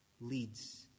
leads